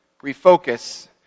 refocus